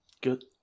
good